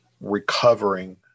recovering